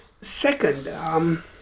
Second